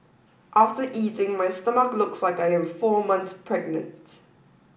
after eating my stomach looks like I am four months pregnant